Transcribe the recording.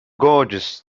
gorgeous